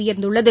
உயர்ந்துள்ளது